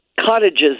cottages